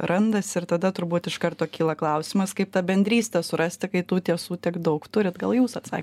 randasi ir tada turbūt iš karto kyla klausimas kaip tą bendrystę surasti kai tų tiesų tiek daug turit gal jūs atsa